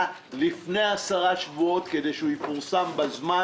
לפני 10 שבועות כדי שהוא יפורסם בזמן.